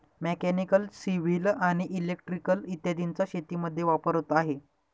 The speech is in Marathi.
मेकॅनिकल, सिव्हिल आणि इलेक्ट्रिकल इत्यादींचा शेतीमध्ये वापर होत आहे